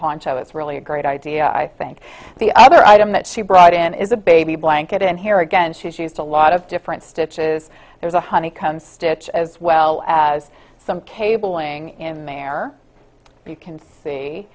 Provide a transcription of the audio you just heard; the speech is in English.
poncho is really a great idea i think the other item that she brought in is a baby blanket and here again she's used a lot of different stitches there's a honeycomb stitch as well as some cable ing in there you can see